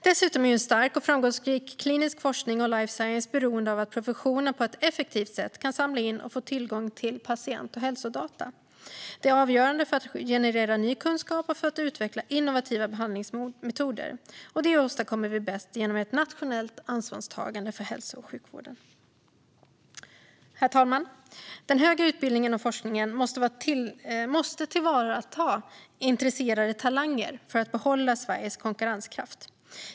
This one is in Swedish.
Dessutom är en stark och framgångsrik klinisk forskning och life science beroende av att professionen på ett effektivt sätt kan samla in och få tillgång till patient och hälsodata. Det är avgörande för att generera ny kunskap och för att utveckla innovativa behandlingsmetoder. Det åstadkommer vi bäst genom ett nationellt ansvarstagande för hälso och sjukvården. Herr talman! Den högre utbildningen och forskningen måste tillvarata intresserade talanger för att behålla Sveriges konkurrenskraft.